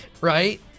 right